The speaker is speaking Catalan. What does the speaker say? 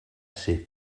ser